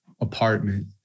apartment